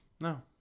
No